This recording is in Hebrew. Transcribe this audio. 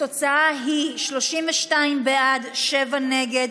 התוצאה היא 32 בעד, שבעה נגד.